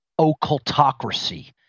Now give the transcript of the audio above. occultocracy